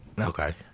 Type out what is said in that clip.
Okay